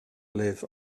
live